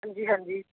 ਹਾਂਜੀ ਹਾਂਜੀ